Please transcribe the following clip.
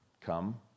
come